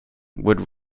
would